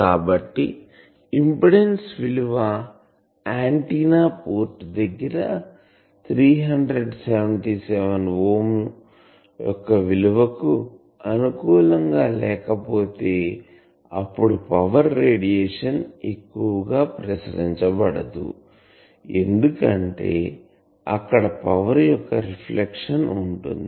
కాబట్టి ఇంపిడెన్సు విలువ antenna port దగ్గర 377 ఓం యొక్క విలువ కు అనుకూలంగా లేకపోతే అప్పుడు పవర్ రేడియేషన్ ఎక్కువగా ప్రసరించబడదు ఎందుకంటే అక్కడ పవర్ యొక్క రిఫ్లెక్షన్ ఉంటుంది